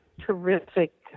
terrific